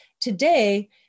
Today